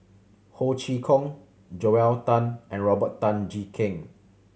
Ho Chee Kong Joel Tan and Robert Tan Jee Keng